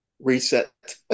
reset